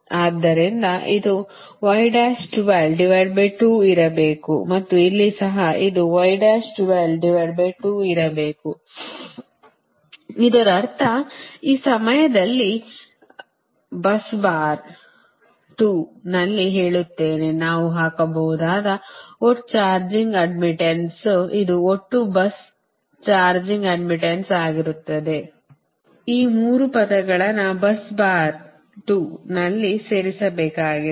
ಆದ್ದರಿಂದ ಇದು ಇರಬೇಕು ಮತ್ತು ಇಲ್ಲಿ ಸಹ ಇದು ಇರಬೇಕು ಇದರರ್ಥ ಈ ಸಮಯದಲ್ಲಿ bus ಬಾರ್ 2 ನಲ್ಲಿ ಹೇಳುತ್ತೇನೆ ನಾವು ಹಾಕಬಹುದಾದ ಒಟ್ಟು ಚಾರ್ಜಿಂಗ್ ಅಡ್ಡ್ಮಿಟ್ಟನ್ಸ್ ಇದು ಒಟ್ಟು ಬಸ್ ಚಾರ್ಜಿಂಗ್ ಅಡ್ಡ್ಮಿಟ್ಟನ್ಸ್ ಆಗಿರುತ್ತದೆ ಈ 3 ಪದಗಳನ್ನು bus ಬಾರ್ 2 ನಲ್ಲಿ ಸೇರಿಸಬೇಕಾಗಿದೆ